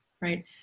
right